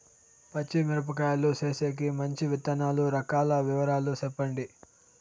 పచ్చి మిరపకాయలు వేసేకి మంచి విత్తనాలు రకాల వివరాలు చెప్పండి?